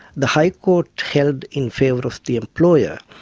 the high court held in favour of the employer,